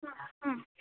ಹ್ಞೂ ಹ್ಞೂ